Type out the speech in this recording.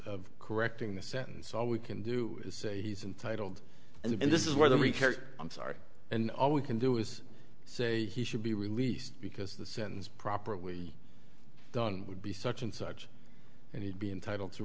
of correcting the sentence all we can do is say he's entitled and this is whether we care i'm sorry and all we can do is say he should be released because the sins properly done would be such and such and he'd be entitled to